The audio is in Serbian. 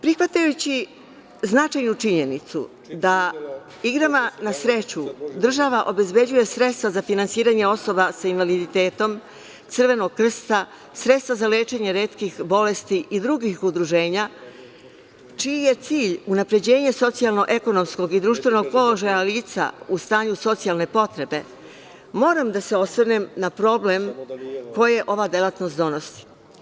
Prihvatajući značajnu činjenicu da igrama na sreću država obezbeđuje sredstva za finansiranje osoba sa invaliditetom, Crvenog krsta, sredstva za lečenje retkih bolesti i drugih udruženja, čiji je cilj unapređenje socijalno-ekonomskog i društvenog položaja lica u stanju socijalne potrebe, moram da se osvrnem na problem koji ovaj delatnost donosi.